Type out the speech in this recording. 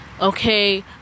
okay